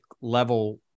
level